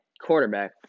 quarterback